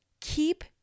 keep